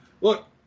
Look